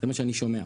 זה מה שאני שומע.